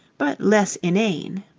but less inane.